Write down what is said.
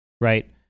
right